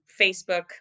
Facebook